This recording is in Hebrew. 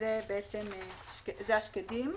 שזה השקדים.